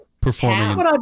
Performing